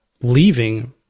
leaving